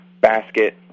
Basket